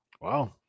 Wow